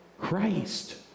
Christ